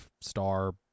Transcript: star